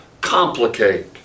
complicate